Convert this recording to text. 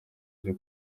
ryo